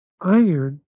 iron